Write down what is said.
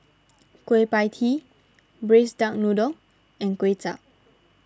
Kueh Pie Tee Braised Duck Noodle and Kuay Chap